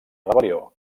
rebel·lió